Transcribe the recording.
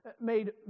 made